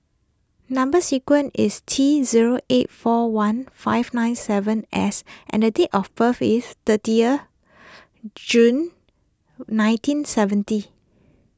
Number Sequence is T zero eight four one five nine seven S and the date of birth is thirty June nineteen seventy